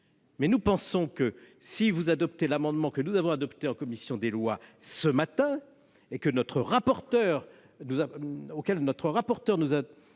loi. Nous pensons que, si vous adoptez l'amendement que nous avons accepté en commission des lois ce matin et sur lequel notre rapporteur a